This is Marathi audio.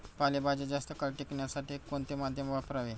पालेभाज्या जास्त काळ टिकवण्यासाठी कोणते माध्यम वापरावे?